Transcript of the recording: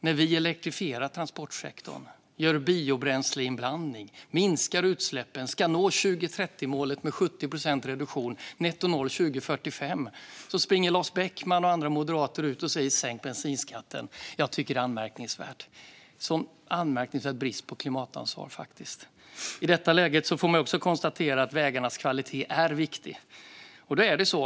När vi elektrifierar transportsektorn, gör biobränsleinblandning, minskar utsläppen, ska nå 2030-målet med 70 procents reduktion och nettonoll 2045, då springer Lars Beckman och andra moderater ut och säger: Sänk bensinskatten! Jag tycker att det är en anmärkningsvärd brist på klimatansvar. I detta läge får man också konstatera att vägarnas kvalitet är viktig.